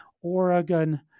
Oregon